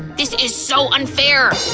this is so unfair.